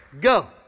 go